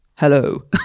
hello